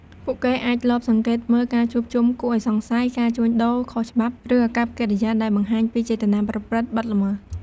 ពួកគេអាចលបសង្កេតមើលការជួបជុំគួរឲ្យសង្ស័យ ការជួញដូរខុសច្បាប់ ឬអាកប្បកិរិយាដែលបង្ហាញពីចេតនាប្រព្រឹត្តបទល្មើស។